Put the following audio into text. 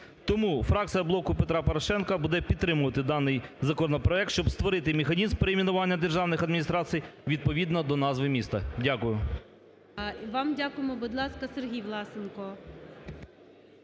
Тому фракція "Блоку Петра Порошенка" буде підтримувати даний законопроект, щоб створити механізм перейменування державних адміністрацій відповідно до назви міста. Дякую. ГОЛОВУЮЧИЙ. І вам дякуємо. Будь ласка, Сергій Власенко.